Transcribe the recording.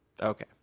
Okay